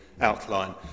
outline